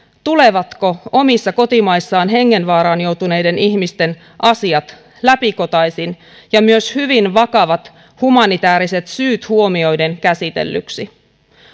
tulevatko omissa kotimaissaan hengenvaaraan joutuneiden ihmisten asiat läpikotaisin ja myös hyvin vakavat humanitääriset syyt huomioiden käsitellyksi